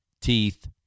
teeth